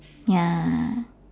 ya